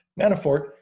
Manafort